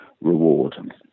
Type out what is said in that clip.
reward